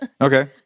Okay